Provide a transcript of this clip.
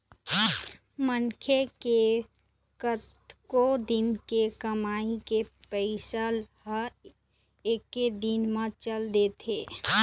मनखे के कतको दिन के कमई के पइसा ह एके दिन म चल देथे